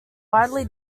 widely